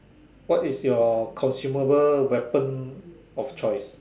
what is your consumable weapon of choice